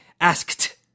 Asked